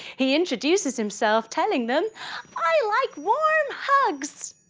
he introduces himself telling them i like warm hugs!